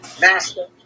Master